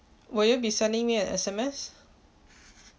will you be sending me an S_M_S